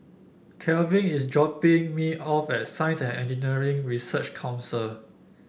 Kelvin is dropping me off at Science And Engineering Research Council